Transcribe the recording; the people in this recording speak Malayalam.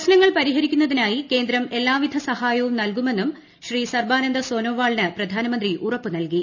പ്രശ്നങ്ങൾ പരിഹരിക്കുന്നതിനായി കേന്ദ്രം എല്ലാവിധ സഹായവും നൽകുമെന്നും സർബാനന്ദ സോനോവാളിന് പ്രധാനമന്ത്രി ഉറപ്പു നൽകി